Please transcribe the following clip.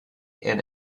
and